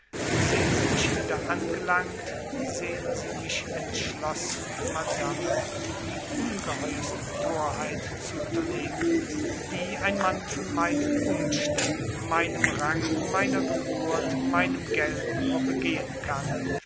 sehen sie mich wieder angelangt sehen sie mich entschlossen madame die ungeheuerste torheit zu unternehmen die ein mann von meinen umständen meinem rang meiner geburt meinem geld nur begehen kann